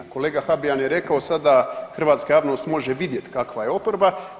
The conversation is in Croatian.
Kolega Habijan je rekao sada hrvatska javnost može vidjeti kakva je oporba.